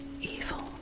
evil